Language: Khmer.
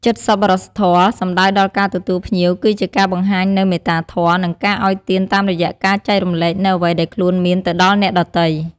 នេះជាគោលការណ៍គ្រឹះមួយនៅក្នុងព្រះពុទ្ធសាសនា ដែលលើកកម្ពស់ការចែករំលែក និងការមិនអាត្មានិយម។